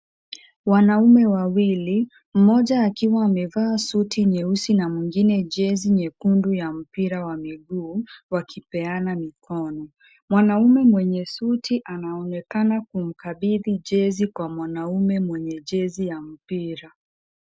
Wanaume wawili, mmoja akiwa amevaa suti nyeusi na mwingine jezi nyekundu ya mpira wa miguu, wakipeana mikono . Mwanaume mwenye suti anaonekana kumkabidhi jezi kwa mwanaume mwenye jezi ya mpira.